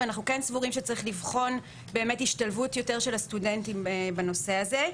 ואנחנו סבורים שיש לבחון השתלבות של הסטודנטים בנושא הזה.